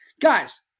Guys